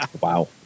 Wow